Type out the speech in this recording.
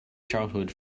childhood